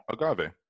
agave